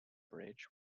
bridge